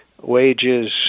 wages